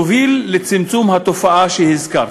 תוביל לצמצום התופעה שהזכרתי.